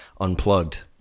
unplugged